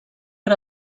per